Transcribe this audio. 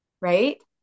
right